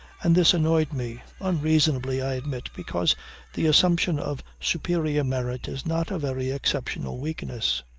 and this annoyed me unreasonably, i admit, because the assumption of superior merit is not a very exceptional weakness.